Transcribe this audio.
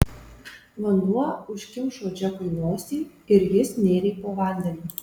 vanduo užkimšo džekui nosį ir jis nėrė po vandeniu